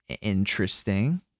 interesting